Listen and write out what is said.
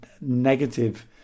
negative